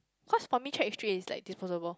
cause for me check history is like disposable